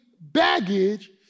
baggage